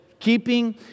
keeping